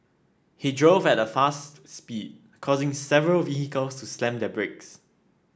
he drove at a fast speed causing several vehicles to slam their brakes